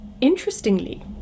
interestingly